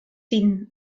seen